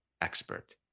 expert